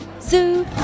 Zoo